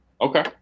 Okay